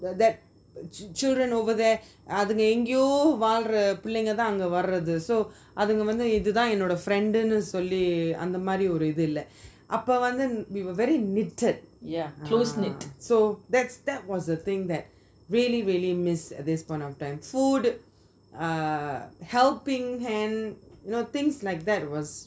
that's ch~ children over there அதுங்க எங்கயோ வளர பிளானிங்கா தான் அங்க வருதுங்க:athunga engayo valra pilaninga thaan anga varuthunga so அதுங்க வந்து இது தான் எவனோட:athunga vanthu ithu thaan yeanoda friend னு சொல்லி அந்த மாரி ஒரு இது இல்ல:nu solli antha mari oru ithu illa we were very knitted so that was the thing that really realy miss at this point of time food uh helping hand things like that was